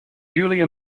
julia